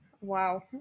Wow